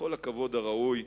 בכל הכבוד הראוי,